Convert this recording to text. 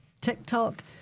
TikTok